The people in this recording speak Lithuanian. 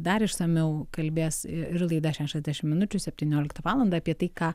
dar išsamiau kalbės ir laida šešiasdešimt minučių septynioliktą valandą apie tai ką